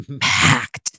packed